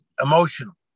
emotional